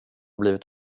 blivit